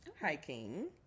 hiking